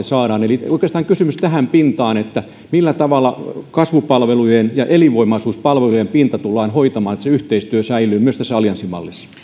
saadaan eli oikeastaan kysymys tähän pintaan millä tavalla kasvupalvelujen ja elinvoimaisuuspalvelujen pinta tullaan hoitamaan niin että se yhteistyö säilyy myös tässä allianssimallissa